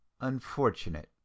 unfortunate